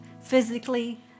physically